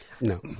No